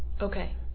Okay